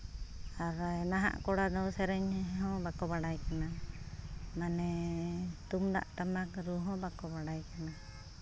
ᱟᱨ ᱱᱟᱦᱟᱜ ᱠᱚᱲᱟ ᱫᱚ ᱥᱮᱨᱮᱧ ᱦᱚᱸ ᱵᱟᱠᱚ ᱵᱟᱲᱟᱭ ᱠᱟᱱᱟ ᱢᱟᱱᱮ ᱛᱩᱢᱫᱟᱜ ᱴᱟᱢᱟᱠ ᱨᱩ ᱦᱚᱸ ᱵᱟᱠᱚ ᱵᱟᱲᱟᱭ ᱠᱟᱱᱟ